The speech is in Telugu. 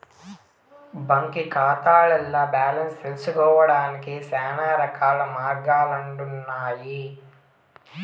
బాంకీ కాతాల్ల బాలెన్స్ తెల్సుకొనేదానికి శానారకాల మార్గాలుండన్నాయి